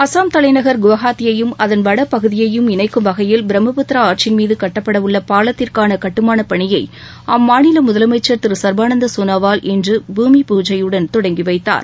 அசாம் தலைநகர் குவகாத்தியையும் அதன் வடபகுதியையும் இணைக்கும் வகையில் பிரமபுத்திரா ஆற்றின் மீது கட்டப்படவுள்ள பாலத்திற்கான கட்டுமானப்பனியை அம்மாநில முதலமைச்சர் திரு சர்பானந்த சோனாவால் இன்று பூமி பூஜையுடன் தொடங்கிவைத்தார்